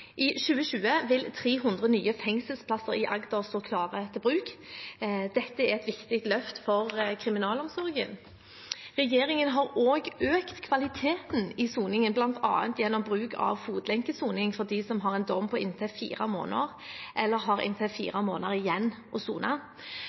I 2020 vil 300 nye fengselsplasser i Agder stå klare til bruk. Dette er et viktig løft for kriminalomsorgen. Regjeringen har også økt kvaliteten i soningen, bl.a. gjennom bruk av fotlenkesoning for dem som har en dom på inntil fire måneder eller har inntil